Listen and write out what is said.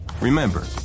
Remember